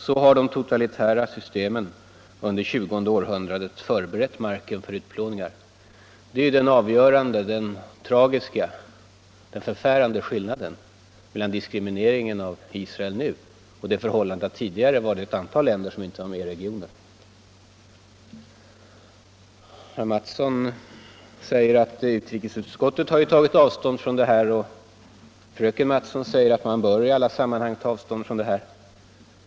Så har de totalitära systemen under tjugonde århundradet förberett marken för utplåningar.” Det är en avgörande, tragisk och förfärande skillnad mellan diskrimineringen av Israel nu och det tidigare förhållandet, då det fanns ett antal stater som inte var med i regioner. Herr Mattsson i Lane-Herrestad säger att utrikesutskottet har tagit avstånd från diskrimineringen. Fröken Mattson säger att man i alla sammanhang bör ta avstånd från den.